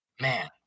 Man